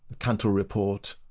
cantle report.